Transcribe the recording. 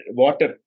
water